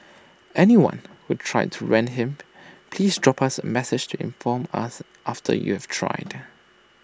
anyone who tried to rent him please drop us A message to inform us after you have tried